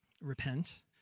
repent